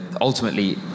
ultimately